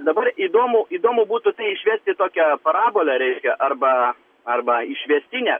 dabar įdomu įdomu būtų išvesti tokią parabolę reiškia arba arba išvestinę